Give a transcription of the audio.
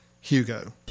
Hugo